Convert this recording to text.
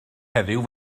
heddiw